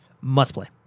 Must-play